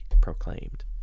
proclaimed